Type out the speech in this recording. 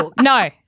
No